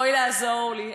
בואי לעזור לי.